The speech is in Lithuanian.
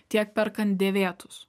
tiek perkant dėvėtus